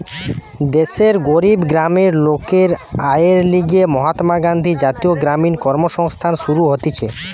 দেশের গরিব গ্রামের লোকের আয়ের লিগে মহাত্মা গান্ধী জাতীয় গ্রামীণ কর্মসংস্থান শুরু হতিছে